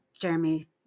Jeremy